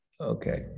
Okay